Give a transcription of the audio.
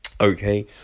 okay